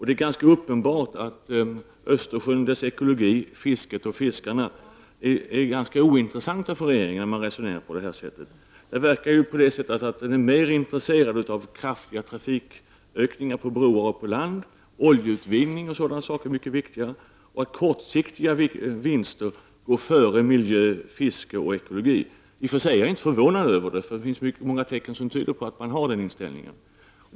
Det är ganska uppenbart att Östersjön, dess ekologi, fisket och fiskarna är ganska ointressanta för regeringen när den resonerar på detta sätt. Det verkar som om regeringen är mer intresserad av kraftiga trafikökningar på broar och på land, oljeutvinning, osv. och att kortsiktiga vinster går före miljö, fiske och ekologi. Jag är i och för sig inte förvånad över det, eftersom det finns många tecken som tyder på att regeringen har den inställningen.